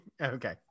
Okay